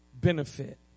benefit